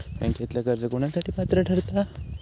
बँकेतला कर्ज कोणासाठी पात्र ठरता?